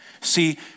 See